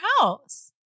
house